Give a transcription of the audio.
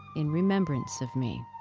in remembrance of me.